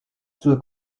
zur